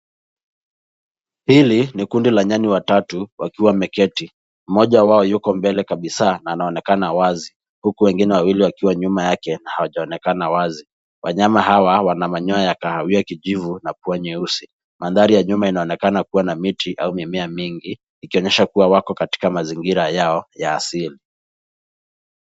Hili ni kundi la nyani watatu wakiwa wameketi. Mmoja wao yuko mbele kabisa na anaonekana wazi, huku wengine wawili wakiwa nyuma yake hawajaonekana wazi. Wanyama hawa wana manyoya ya kahawia kijivu na pua nyeusi. Mandhari ya nyuma inaonekana kuwa na miti au mimea mingi, ikionyesha kuwa wako katika mazingira yao ya asili.